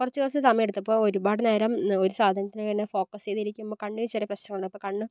കുറച്ച് കുറച്ച് സമയമെടുത്ത് ഇപ്പോൾ ഒരുപാട് നേരം ഒരു സാധനത്തിനെ തന്നെ ഫോക്കസ് ചെയ്ത് ഇരിക്കുമ്പോൾ കണ്ണിന് ചെറിയ് പ്രശ്നം വരും അപ്പം കണ്ണ്